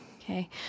Okay